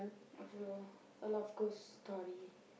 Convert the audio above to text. also a lot of ghost story